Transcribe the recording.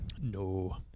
No